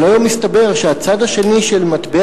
אבל היום מסתבר שהצד השני של מטבע